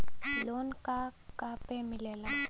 Loan का का पे मिलेला?